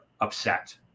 upset